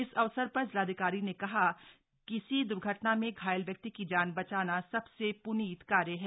इस अवसर पर जिलाधिकारी ने कहा किसी द्र्घटना में घायल व्यक्ति की जान बचाना सबसे प्नीत कार्य है